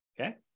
Okay